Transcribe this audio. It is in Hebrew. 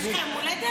יש לך יום הולדת?